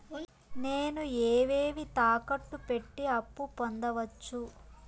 నేను ఏవేవి తాకట్టు పెట్టి అప్పు పొందవచ్చు?